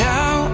Now